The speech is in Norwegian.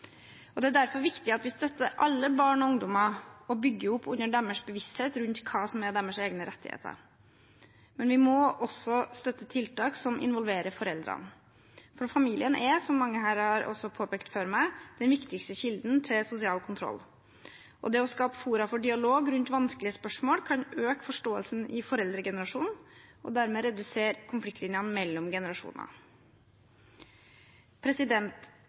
menn. Det er derfor viktig at vi støtter alle barn og ungdommer og bygger opp under deres bevissthet rundt hva som er deres egne rettigheter. Men vi må også støtte tiltak som involverer foreldrene. For familien er, som mange før meg her også har påpekt, den viktigste kilden til sosial kontroll. Det å skape fora for dialog rundt vanskelige spørsmål kan øke forståelsen i foreldregenerasjonen og dermed redusere konfliktlinjene mellom generasjoner.